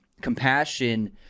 compassion